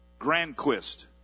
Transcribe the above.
Grandquist